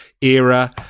era